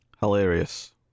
hilarious